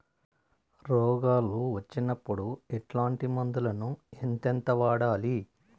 రోగాలు వచ్చినప్పుడు ఎట్లాంటి మందులను ఎంతెంత వాడాలి?